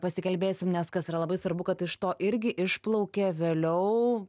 pasikalbėsim nes kas yra labai svarbu kad iš to irgi išplaukė vėliau